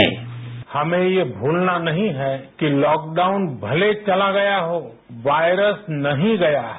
bite हमें ये भूलना नहीं है कि लॉकडाउन भले चला गया हो वायरस नहीं गया है